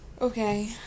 Okay